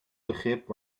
begrip